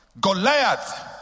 Goliath